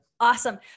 Awesome